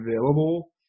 available